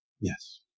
yes